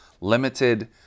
limited